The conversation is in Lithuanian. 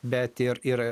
bet ir ir